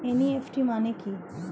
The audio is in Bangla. এন.ই.এফ.টি মানে কি?